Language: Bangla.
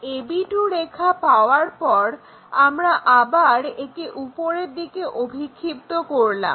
এই ab2 রেখা পাওয়ার পর আমরা আবার একে ওপরের দিকে অভিক্ষিপ্ত করলাম